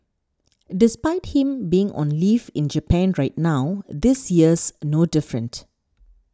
despite him being on leave in Japan right now this year's no different